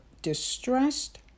distressed